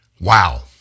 Wow